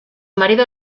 marido